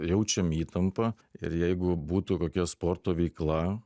jaučiam įtampą ir jeigu būtų kokia sporto veikla